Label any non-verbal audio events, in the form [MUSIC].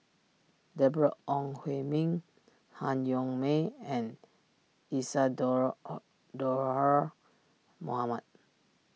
Deborah Ong Hui Min Han Yong May and Isadhora [UNINTELLIGIBLE] Mohamed